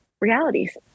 realities